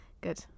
good